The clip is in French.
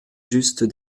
just